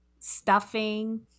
stuffing